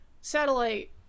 satellite